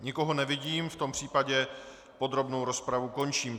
Nikoho nevidím, v tom případě podrobnou rozpravu končím.